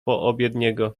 poobiedniego